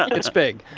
it's big.